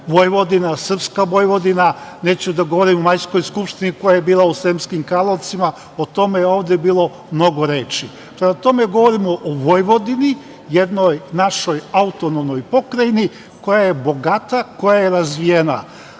„Vojvodina, srpska Vojvodina“. Neću da govorim o Majskoj skupštini koja je bila u Sremskim Karlovcima, o tome je ovde bilo mnogo reči. Prema tome, govorimo o Vojvodini, jednoj našoj autonomnoj pokrajini, koja je bogata, koja je razvijena.